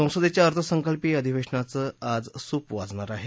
संसदेच्या अर्थसंकल्पीय अधिवेशनाचं आज सूप वाजणार आहे